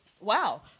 wow